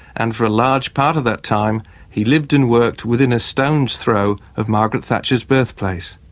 and for a large part of that time he lived and worked within a stone's throw of margaret thatcher's birthplace.